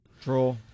Draw